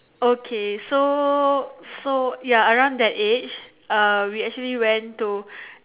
okay so so so ya around that age uh we actually went to